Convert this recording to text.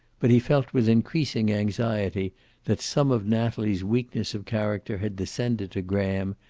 but he felt with increasing anxiety that some of natalie's weakness of character had descended to graham,